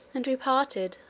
and we parted.